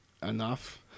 Enough